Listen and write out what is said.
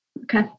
okay